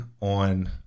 on